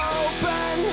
open